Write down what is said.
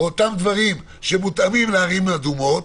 באותם דברים שמותאמים לערים אדומות,